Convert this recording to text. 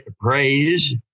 praise